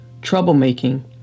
troublemaking